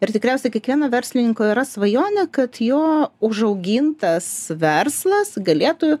ir tikriausiai kiekvieno verslininko yra svajonė kad jo užaugintas verslas galėtų